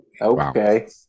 Okay